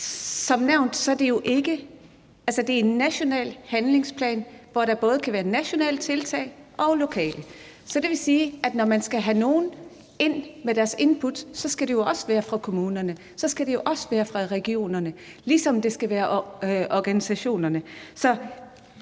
som nævnt er det en national handlingsplan, hvor der både kan være nationale tiltag og lokale. Det vil sige, at når man skal have nogle ind for at få deres input, skal det jo også være fra kommunerne, og så skal det også være fra regionerne, ligesom det skal være fra organisationerne.